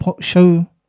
show